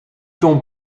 ton